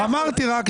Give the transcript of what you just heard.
אמרתי רק,